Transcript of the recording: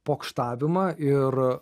pokštavimą ir